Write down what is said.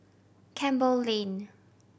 Campbell Lane